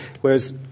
whereas